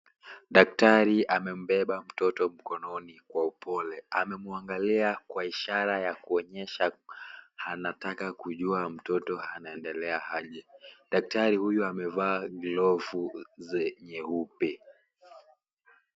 Daktari amembeba mtoto mkononi kwa upole. Amemwangalia kwa ishara ya kuonyesha anataka kujua mtoto anaendelea aje. Daktari huyu amevaa glovu nyeupe.